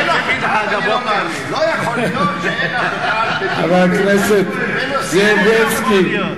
אין אף אחד, זו הבעיה, חבר הכנסת זאב בילסקי,